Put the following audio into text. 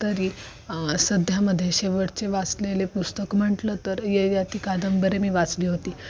तरी सध्यामध्ये शेवटचे वाचलेले पुस्तक म्हंटलं तर ययाति कादंबरी मी वाचली होती